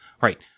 right